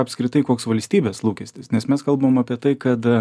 apskritai koks valstybės lūkestis nes mes kalbam apie tai kad